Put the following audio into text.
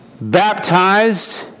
baptized